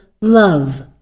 love